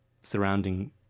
surrounding